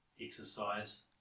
exercise